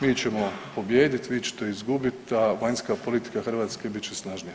Mi ćemo pobijedit, vi ćete izgubit, a vanjska politika Hrvatske bit će snažnija.